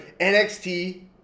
NXT